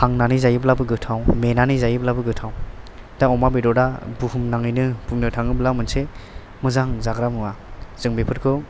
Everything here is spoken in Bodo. हांनानै जायोब्लाबो गोथाव मेनानै जायोब्लाबो गोथाव दा अमा बेदरआ बुहुम नाङैनो बुंनो थाङोब्ला मोनसे मोजां जाग्रा मुवा जों बेफोरखौ